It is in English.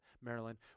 Maryland